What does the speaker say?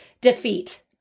defeat